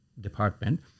department